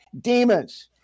demons